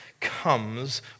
comes